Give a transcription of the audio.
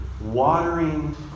Watering